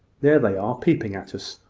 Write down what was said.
there they are, peeping at us,